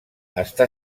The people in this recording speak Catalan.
està